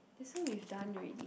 this one we've done already